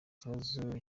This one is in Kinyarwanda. ikibazo